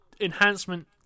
enhancement